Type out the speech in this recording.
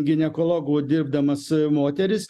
ginekologu dirbdamas moteris